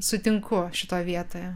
sutinku šitoj vietoje